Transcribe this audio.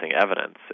evidence